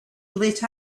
lit